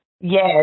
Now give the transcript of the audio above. Yes